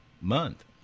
month